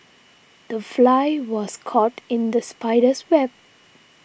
the fly was caught in the spider's web